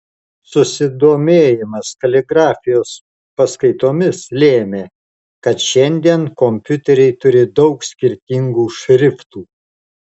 susidomėjimas kaligrafijos paskaitomis lėmė kad šiandien kompiuteriai turi daug skirtingų šriftų